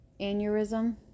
aneurysm